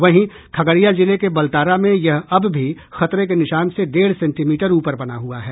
वहीं खगड़िया जिले के बलतारा में यह अब भी खतरे के निशान से डेढ़ सेंटीमीटर ऊपर बना हुआ है